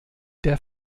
der